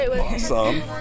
Awesome